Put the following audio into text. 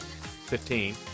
fifteen